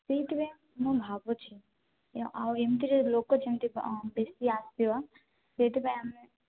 ସେଇଥି ପାଇଁ ମୁଁ ଭାବୁଛି ଆଉ ଏମିତିରେ ଲୋକ ଯେମିତି ବେଶୀ ଆସିବେ ସେଇଥିପାଇଁ ଆମେ